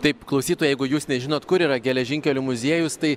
taip klausytojai jeigu jūs nežinot kur yra geležinkelių muziejus tai